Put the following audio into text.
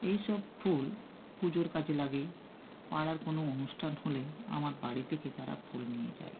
এই সব ফুল পুজোর কাজে লাগে পাড়ার কোনো অনুষ্ঠান হলে আমার বাড়ি থেকে তারা ফুল নিয়ে যায়